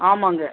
ஆமாம்ங்க